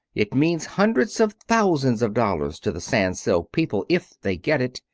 it means hundreds of thousands of dollars to the sans-silk people if they get it.